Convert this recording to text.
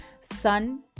sun